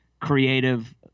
creative –